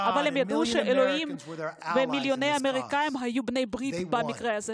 אבל ביודעם שאלוהים ומיליוני אמריקאים הם בני הברית שלהם.